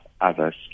others